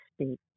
speak